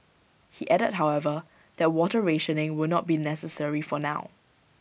he added however that water rationing will not be necessary for now